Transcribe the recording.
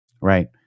Right